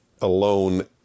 alone